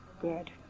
Good